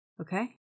Okay